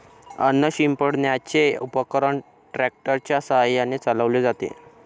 अन्न शिंपडण्याचे उपकरण ट्रॅक्टर च्या साहाय्याने चालवले जाते